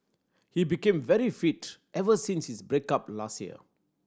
he became very fit ever since his break up last year